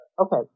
Okay